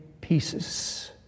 pieces